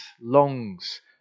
longs